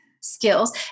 skills